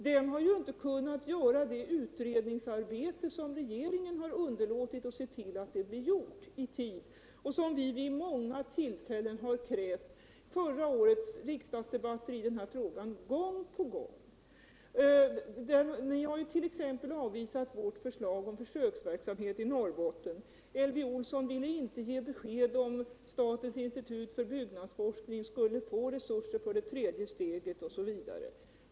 Beredningen har inte kunnat göra det utredningsarbete som regeringen underlåtit att se till att det blev gjort i tid, ett utredningsarbete som vi vid många tillfällen har krävt, bl.a. i fjolårets riksdagsdebatter. Ni har t.ex. avvisat vårt förslag om försöksverksamhet i Norrbotten, Elvy Olsson ville inte ge besked om statens institut för byggnadsforskning skulle få resurser för det tredje steget, osv.